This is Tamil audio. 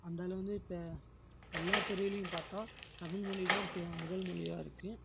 அந்தளவில் வந்து இப்போ எல்லா துறையிலையும் பார்த்தா தமிழ்மொழி தான் பெ முதல் மொழியாக இருக்குது